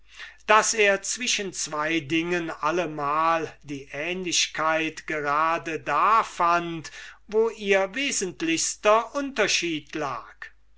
daß er zwischen zwei dingen allemal die ähnlichkeit just fand wo ihr wesentlichster unterschied lag